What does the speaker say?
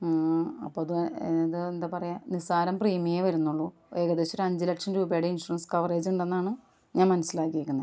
അപ്പോൾ അത് എന്താണ് പറയുക നിസാരം പ്രീമിയമെ വരുന്നുള്ളു ഏകദേശം ഒരു അഞ്ച് ലക്ഷം രൂപയുടെ ഇൻഷൂറൻസ് കവറേജ് ഉണ്ടെന്നാണ് ഞാൻ മനസിലാക്കിയേക്കുന്നത്